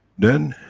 then,